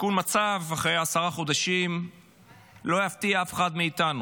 עדכון מצב אחרי עשרה חודשים לא יפתיע אף אחד מאיתנו.